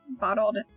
bottled